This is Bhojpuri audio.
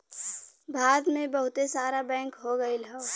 भारत मे बहुते सारा बैंक हो गइल हौ